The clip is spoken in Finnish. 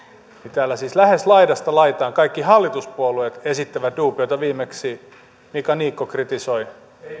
täällä siis lähes laidasta laitaan kaikki hallituspuolueet esittävät duubioita viimeksi mika niikko kritisoi